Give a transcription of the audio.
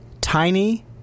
tiny